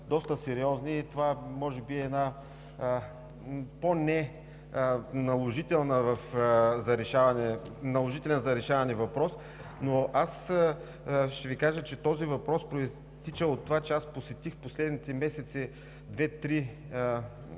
доста сериозни. Това може би е по-неналожителен за решаване въпрос, но ще Ви кажа, че този въпрос произтича от това, че посетих през последните месеци две-три